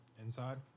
inside